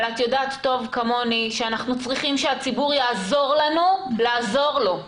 אבל את יודעת טוב כמוני שאנחנו צריכים שהציבור יעזור לנו לעזור לו.